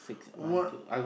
what